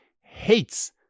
hates